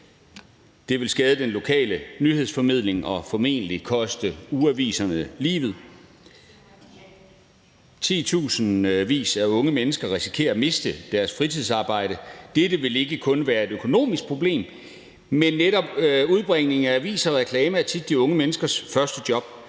Det vil skade den lokale nyhedsformidling og formentlig koste ugeaviserne livet. Titusindvis af unge mennesker risikerer at miste deres fritidsarbejde. Dette vil ikke kun være et økonomisk problem, for netop udbringning af aviser og reklamer er tit de unge menneskers første job